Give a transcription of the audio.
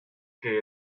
que